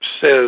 says